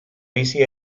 bizi